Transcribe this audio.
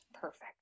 Perfect